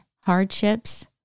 hardships